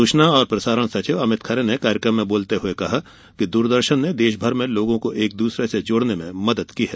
सूचना और प्रसारण सचिव अमित खरे ने कार्यक्रम में बोलते हुए कहा कि दूरदर्शन ने देश भर में लोगों को एक दूसरे से जोड़ने में मदद की है